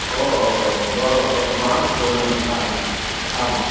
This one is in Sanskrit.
ओहोहोहो बहु बहु महत्वपूर्णं स्थानं आम्